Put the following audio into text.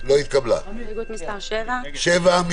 הצבעה